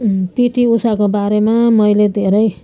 PT उषाको बारेमा मैले धेरै